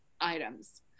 items